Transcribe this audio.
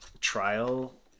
trial